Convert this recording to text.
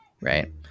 right